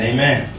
Amen